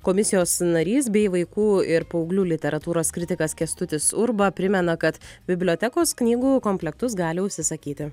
komisijos narys bei vaikų ir paauglių literatūros kritikas kęstutis urba primena kad bibliotekos knygų komplektus gali užsisakyti